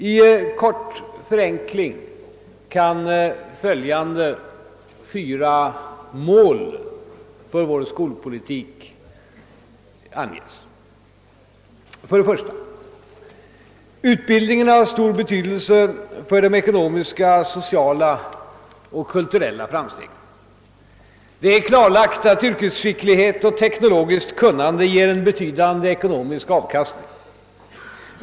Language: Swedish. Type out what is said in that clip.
I korthet kan följande fyra mål anges för vår skolpolitik. För det första har utbildningen stor betydelse för de ekonomiska, sociala och kulturella framstegen. Det är klarlagt att yrkesskicklighet och teknologiskt kunnande ger en betydande ekonomisk avkastning.